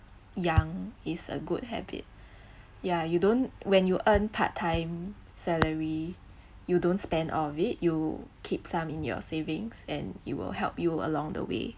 young is a good habit ya you don't when you earn part time salary you don't spend all of it you keep some in your savings and it will help you along the way